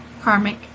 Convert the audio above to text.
karmic